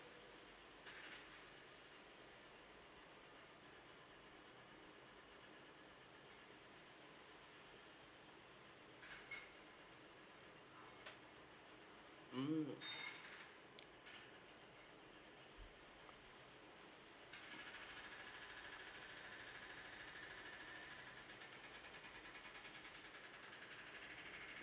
mm